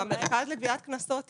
במרכז לגביית קנסות יש,